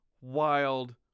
Wild